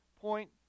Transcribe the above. point